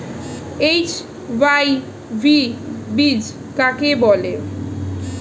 HYV বীজ কাকে বলে?